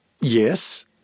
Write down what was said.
Yes